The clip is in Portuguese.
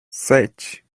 sete